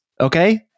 Okay